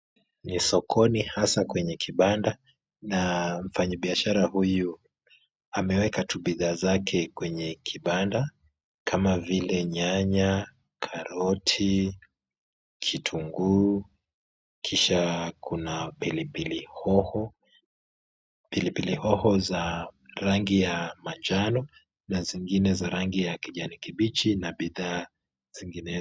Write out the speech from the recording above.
Ni sokoni hasa kwenye kibanda na mfanyi biashara huyu ameweka tu bidhaa zake kwenye kibanda kama vile nyanya, karoti, kitunguu kisha kuna pilipili hoho, pilipili hoho za rangi ya manjano na zingine za rangi ya kijani kibichi na bidhaa zinginezo.